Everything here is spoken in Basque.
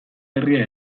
herria